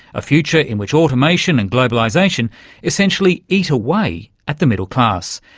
a future in which automation and globalisation essentially eat away at the middle class,